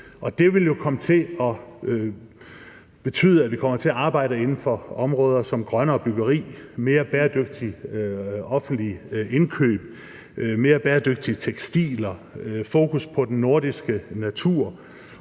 at vi kommer til at arbejde inden for områder som grønnere byggeri, flere bæredygtige offentlige indkøb, flere bæredygtige tekstiler, fokus på den nordiske natur,